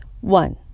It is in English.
One